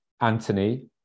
Anthony